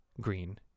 green